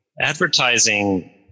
Advertising